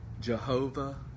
Jehovah